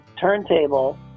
turntable